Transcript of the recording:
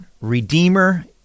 Redeemer